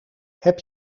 heb